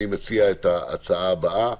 אני מציע את ההצעה הבאה,